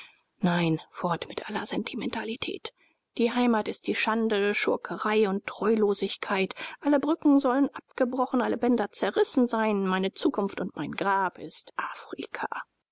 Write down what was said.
nein fort mit aller sentimentalität die heimat ist die schande schurkerei und treulosigkeit alle brücken sollen abgebrochen alle bänder zerrissen sein meine zukunft und mein grab ist afrika